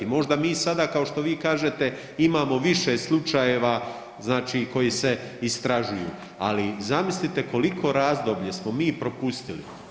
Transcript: Možda mi sada, kao što vi kažete, imamo više slučajeva znači koji se istražuju, ali zamislite koliko razdoblje smo mi propustili.